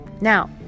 Now